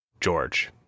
George